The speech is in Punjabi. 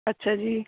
ਅੱਛਾ ਜੀ